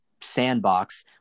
sandbox